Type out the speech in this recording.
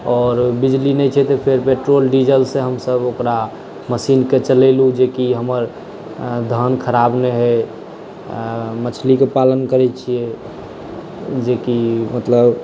आओर बिजली नहि छै तऽ फेर पेट्रोल डीजलसँ हमसभ ओकरा मशीन के चलेलहुँ जेकी हमर धान खराब नहि होइ आ मछलीक पालन करै छियै जेकी मतलब